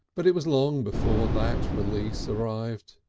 but it was long before that release arrived.